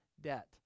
debt